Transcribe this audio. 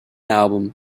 album